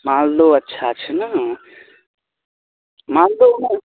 मालदहो अच्छा छै ने लिअ ने मालदहो नहि